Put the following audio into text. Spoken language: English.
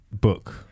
book